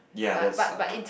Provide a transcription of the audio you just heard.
ya that's